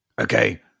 Okay